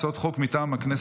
בעד, 12,